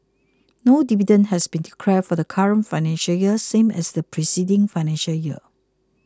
no dividend has been declared for the current financial year same as the preceding financial year